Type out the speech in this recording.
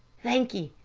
thank ye,